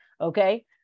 okay